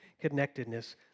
connectedness